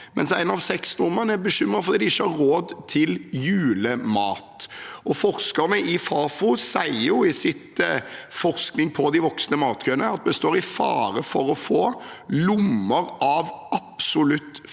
mens en av seks nordmenn er bekymret for at de ikke har råd til julemat. Forskerne i Fafo sier i sin forskning på de voksende matkøene at vi står i fare for å få lommer av absolutt